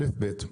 א' ב',